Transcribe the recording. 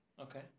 Okay